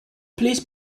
please